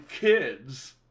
kids